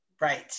Right